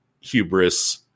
hubris